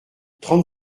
trente